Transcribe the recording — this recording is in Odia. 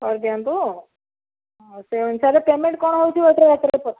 କହି ଦିଅନ୍ତୁ ଆଉ ସେଇ ଅନୁସାରେ ପେମେଣ୍ଟ୍ କ'ଣ ହେଉଛି ୱେଟର୍ ହାତରେ ପ